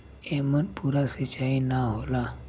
एमन पूरा सींचाई ना होला